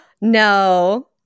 No